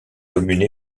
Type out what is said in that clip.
commune